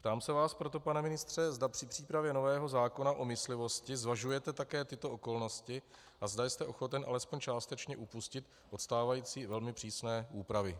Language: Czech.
Ptám se proto, pane ministře, zda při přípravě nového zákona o myslivosti zvažujete také tyto okolnosti a zda jste ochoten alespoň částečně upustit od stávající velmi přísné úpravy.